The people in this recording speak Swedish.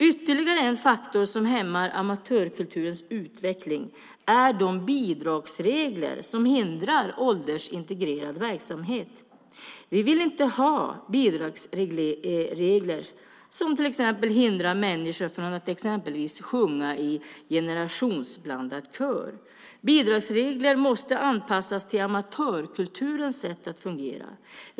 Ytterligare en faktor som hämmar amatörkulturens utveckling är de bidragsregler som hindrar åldersintegrerad verksamhet. Vi vill inte ha bidragsregler som hindrar människor från att exempelvis sjunga i generationsblandad kör. Bidragsregler måste anpassas till amatörkulturens sätt att fungera.